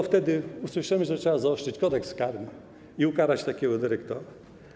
Wtedy usłyszymy, że trzeba zaostrzyć Kodeks karny i ukarać takiego dyrektora.